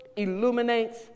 illuminates